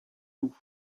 doux